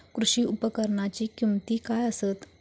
कृषी उपकरणाची किमती काय आसत?